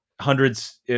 hundreds